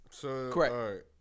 Correct